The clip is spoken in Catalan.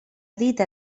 dita